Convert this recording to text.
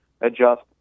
adjust